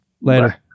Later